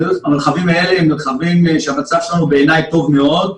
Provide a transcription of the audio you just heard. המרחבים האלה הם מרחבים שהמצב שלנו בעיני טוב מאוד,